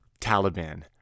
Taliban